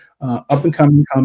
up-and-coming